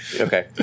Okay